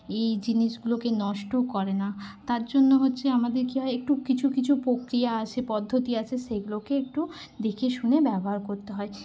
এই জিনিসগুলোকে নষ্ট করে না তার জন্য হচ্ছে আমাদের কি হয় একটু কিছু কিছু প্রক্রিয়া আছে পদ্ধতি আছে সেইগুলোকে একটু দেখেশুনে ব্যবহার করতে হয়